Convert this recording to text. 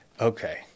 okay